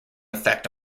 effect